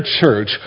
church